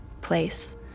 place